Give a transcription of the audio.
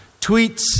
Tweets